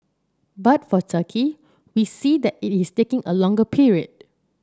but for Turkey we see that it is taking a longer period